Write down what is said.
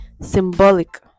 symbolic